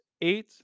Eight